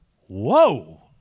whoa